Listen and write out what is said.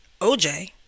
oj